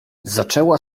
zaczęła